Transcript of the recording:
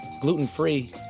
gluten-free